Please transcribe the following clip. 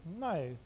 No